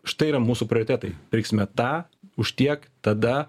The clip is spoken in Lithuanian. štai yra mūsų prioritetai pirksime tą už tiek tada